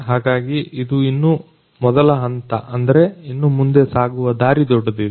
ಹಾಗಾಗಿ ಇದು ಇನ್ನೂ ಮೊದಲ ಹಂತ ಅದರೆ ಇನ್ನು ಮುಂದೆ ಸಾಗುವ ದಾರಿ ದೊಡ್ಡದಿದೆ